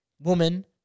woman